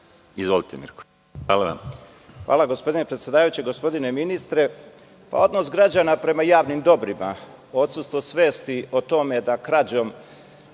Čikiriz. **Mirko Čikiriz** Hvala. Gospodine predsedavajući, gospodine ministre, odnos građana prema javnim dobrima, odsustvo svesti o tome da krađom